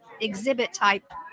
exhibit-type